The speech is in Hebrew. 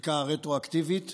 שחלקה רטרואקטיבית.